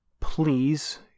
please